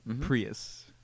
Prius